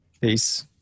Peace